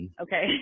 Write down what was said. Okay